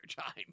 time